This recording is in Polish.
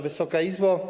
Wysoka Izbo!